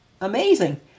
Amazing